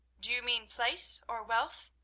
do you mean place, or wealth,